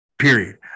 period